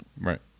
Right